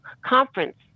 conference